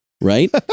right